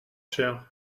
cher